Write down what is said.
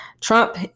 Trump